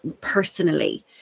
personally